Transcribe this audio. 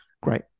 great